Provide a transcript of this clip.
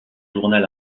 journal